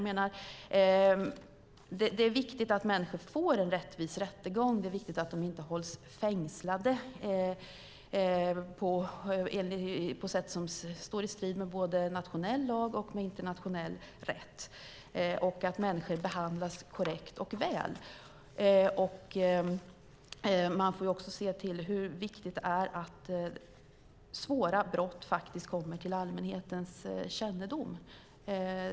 Det är viktigt att människor får en rättvis rättegång och inte hålls fängslade på sätt som står i strid med både nationell lag och internationell rätt samt att människor behandlas korrekt och väl. Man får också se till hur viktigt det är att svåra brott kommer till allmänhetens kännedom.